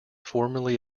formerly